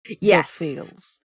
yes